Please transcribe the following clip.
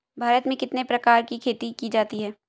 भारत में कितने प्रकार की खेती की जाती हैं?